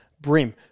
brim